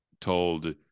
told